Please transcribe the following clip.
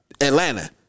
Atlanta